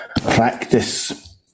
practice